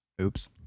Oops